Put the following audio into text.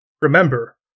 Remember